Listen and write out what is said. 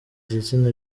gitsina